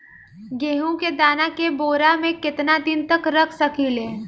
गेहूं के दाना के बोरा में केतना दिन तक रख सकिले?